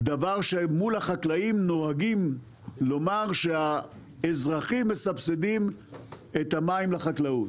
מול החקלאים נוהגים לומר שהאזרחים מסבסדים את המים לחקלאות,